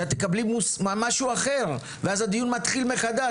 שאת תקבלי משהו אחר ואז הדיון יתחיל מחדש,